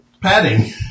padding